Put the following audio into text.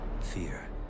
fear